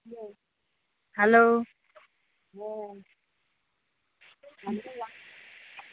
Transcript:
hello